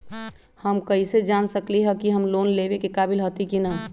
हम कईसे जान सकली ह कि हम लोन लेवे के काबिल हती कि न?